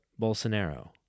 Bolsonaro